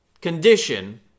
condition